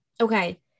Okay